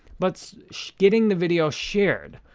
but getting the video shared.